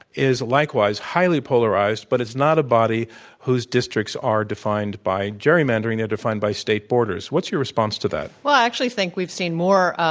is likewise highly polarized, but it's not a body whose districts are defined by gerrymandering, are defined by state borders. what's your response to that? well, i actually think we've seen more